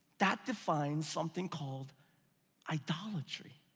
that defines something called idolatry.